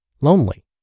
lonely